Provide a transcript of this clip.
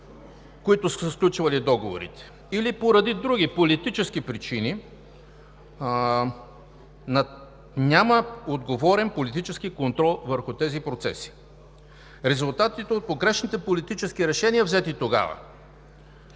които са сключвали договорите или поради други политически причини, няма отговорен политически контрол върху тези процеси. Резултатите от погрешните политически решения, взети тогава